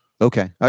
Okay